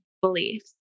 beliefs